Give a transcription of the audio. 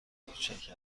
کوچک